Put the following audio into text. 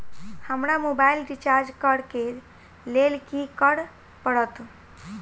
हमरा mobile recharge करऽ केँ लेल की करऽ पड़त?